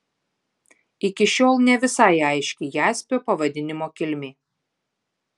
iki šiol ne visai aiški jaspio pavadinimo kilmė